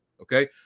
Okay